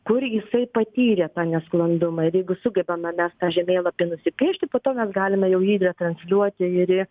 kur jisai patyrė tą nesklandumą ir jeigu sugebame tą žemėlapį nusipiešti po to mes galime jau jį datransliuoti ir į